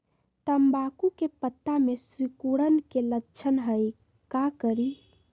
तम्बाकू के पत्ता में सिकुड़न के लक्षण हई का करी?